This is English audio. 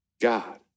God